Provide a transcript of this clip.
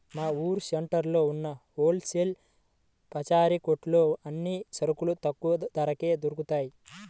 మా ఊరు సెంటర్లో ఉన్న హోల్ సేల్ పచారీ కొట్టులో అన్ని సరుకులు తక్కువ ధరకే దొరుకుతయ్